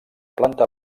planta